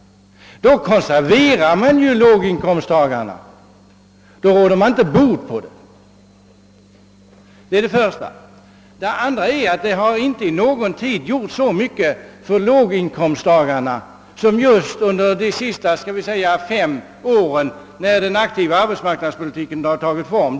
Det är inte att råda bot på deras problem. Det är det första jag velat framhålla. Det andra är, att det inte i någon tid har gjorts så mycket för låginkomstlagarna som just under de senaste fem åren, när den aktiva arbetsmarknadspolitiken har tagit form.